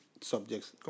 subjects